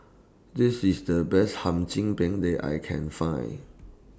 This IS The Best Hum Chim Peng that I Can Find